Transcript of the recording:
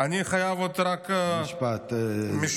אני חייב רק עוד משפט.